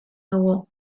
dugu